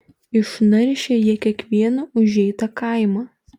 išnaršė jie kiekvieną užeitą kaimą